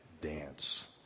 dance